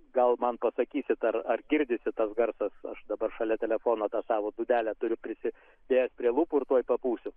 gal man pasakysit ar ar girdisi tas garsas aš dabar šalia telefono tą savo dūdelę turiu prisidėjęs prie lūpų ir tuoj papūsiu